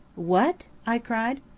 what? i cried.